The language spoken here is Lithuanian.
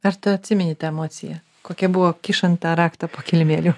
ar tu atsimeni tą emociją kokia buvo kišant tą raktą po kilimėliu